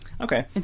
Okay